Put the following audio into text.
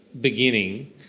beginning